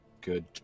good